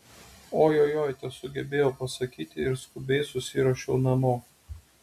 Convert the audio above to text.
ojojoi tesugebėjau pasakyti ir skubiai susiruošiau namo